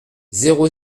zéro